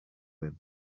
him